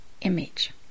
image